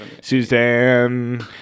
Suzanne